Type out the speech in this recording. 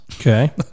Okay